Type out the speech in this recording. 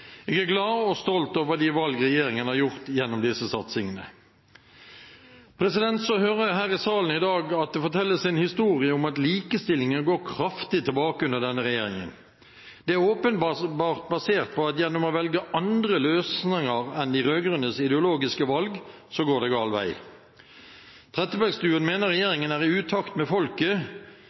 Jeg er glad og stolt over de valg regjeringen har gjort gjennom disse satsingene. Så hører jeg at det i salen i dag fortelles en historie om at likestillingen går kraftig tilbake under denne regjeringen. Det er åpenbart basert på at gjennom å velge andre løsninger enn de rød-grønnes ideologiske valg går det gal vei. Trettebergstuen mener regjeringen er i utakt med folket.